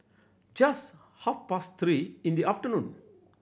just half past three in the afternoon